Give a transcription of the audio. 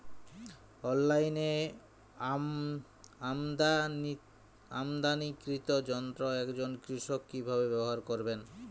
অনলাইনে আমদানীকৃত যন্ত্র একজন কৃষক কিভাবে ব্যবহার করবেন?